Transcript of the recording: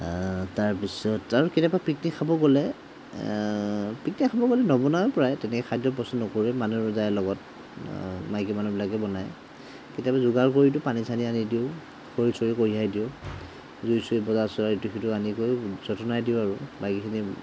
তাৰপিছত আৰু কেতিয়াবা পিকনিক খাব গ'লে পিকনিক খাব গ'লে নবনাওঁ প্ৰায়ে তেনেকৈ খাদ্য প্ৰস্তুত নকৰোৱেই মানুহ লৈ যায় লগত মাইকীমানুহ বিলাকেই বনায় কেতিয়াবা যোগাৰ কৰি দিওঁ পানী চানি আনি দিওঁ খৰি চৰি কঢ়িয়াই দিওঁ জুই চুই বজাৰ চজাৰ ইটো সিটো আনি দিওঁগৈ যতনাই দিওঁ আৰু বাকীখিনি